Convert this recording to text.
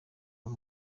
w’u